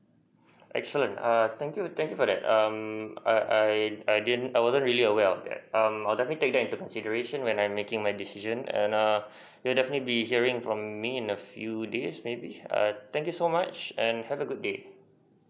excellent err thank you thank you for that um I I I didn't I wasn't really aware of that um I'll definitely take that into consideration when I'm making my decision and err you'll definitely be hearing from me in a few days maybe err thank you so much and have a good day